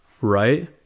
right